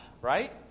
right